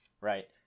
Right